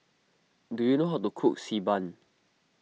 do you know how to cook Xi Ban